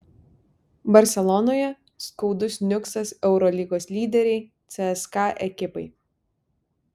barselonoje skaudus niuksas eurolygos lyderei cska ekipai